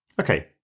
Okay